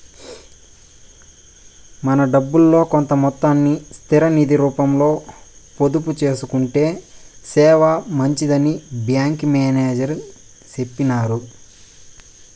మన డబ్బుల్లో కొంత మొత్తాన్ని స్థిర నిది రూపంలో పొదుపు సేసుకొంటే సేనా మంచిదని బ్యాంకి మేనేజర్ సెప్పినారు